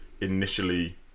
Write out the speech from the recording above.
initially